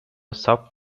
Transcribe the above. sub